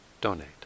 donate